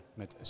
met